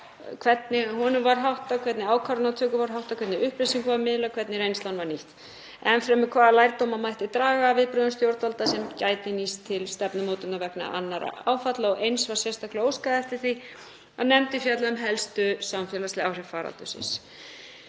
nefndi hér, var háttað, hvernig ákvarðanatöku var háttað, hvernig upplýsingum var miðlað, hvernig reynslan var nýtt, enn fremur hvaða lærdóm mætti draga af viðbrögðum stjórnvalda sem gæti nýst til stefnumótunar vegna annarra áfalla og eins var sérstaklega óskað eftir því að nefndin fjallaði um helstu samfélagslegu áhrif faraldursins.